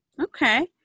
Okay